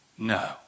No